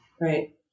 Right